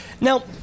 Now